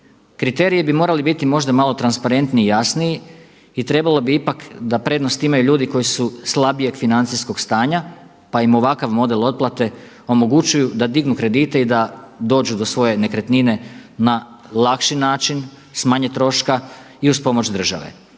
Kriteriji bi morali biti možda malo transparentniji i jasniji i trebalo bi ipak da prednost imaju ljudi koji su slabijeg financijskog stanja pa im ovakav model otplate omogućuju da dignu kredite i da dođu do svoje nekretnine na lakši način, s manje troška i uz pomoć države.